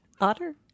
otter